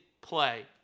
play